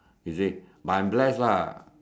is it but I'm blessed lah